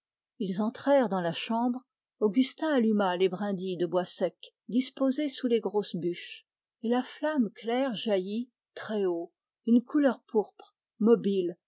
ils entrèrent dans la chambre augustin alluma les brindilles de bois sec disposées sous les grosses bûches et la flamme claire jaillit très haut une couleur pourpre mobile